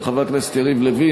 של חבר הכנסת יריב לוין,